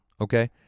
okay